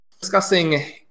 discussing